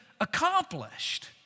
accomplished